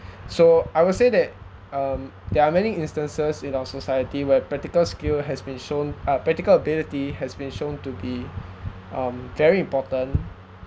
so I will say that um there are many instances in our society where practical skills has been shown uh practical ability has been shown to be um very important